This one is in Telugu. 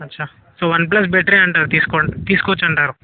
అచ్చ సో వన్ప్లస్ బెటర్ అంటారు తీసుకో తీసుకోవచ్చు అంటారు